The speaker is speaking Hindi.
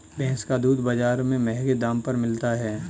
भैंस का दूध बाजार में महँगे दाम पर मिलता है